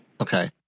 Okay